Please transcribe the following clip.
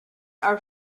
are